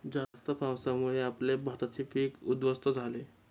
जास्त पावसामुळे आमचे भाताचे पीक उध्वस्त झाले